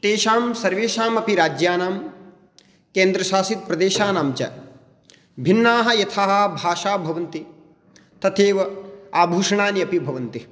तेषां सर्वेषामपि राज्यानां केन्द्रशासितप्रदेशानां च भिन्नाः यथा भाषाः भवन्ति तथैव आभूषणानि अपि भवन्ति